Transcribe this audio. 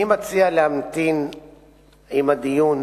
אני מציע להמתין עם הדיון